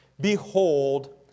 Behold